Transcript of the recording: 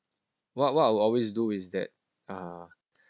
what what I'll always do is that uh